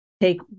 take